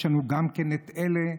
יש לנו גם כן את אלה,